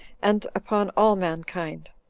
and upon all mankind.